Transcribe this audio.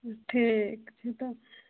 ठीक छै तऽ